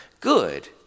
good